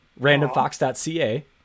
randomfox.ca